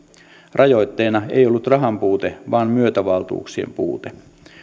rajoitteena ei ollut rahan puute vaan myöntövaltuuksien puute